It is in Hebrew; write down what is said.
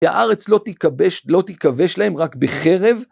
והארץ לא תיכבש, לא תיכבש להם רק בחרב,